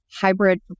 hybrid